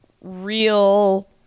Real